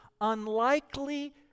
unlikely